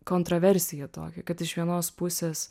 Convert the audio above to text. kontroversiją tokią kad iš vienos pusės